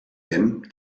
them